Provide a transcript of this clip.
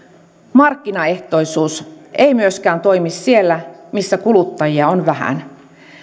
markkinaehtoisuus ei myöskään toimi siellä missä kuluttajia on vähän